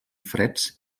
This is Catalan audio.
freds